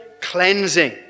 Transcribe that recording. Cleansing